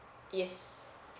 yes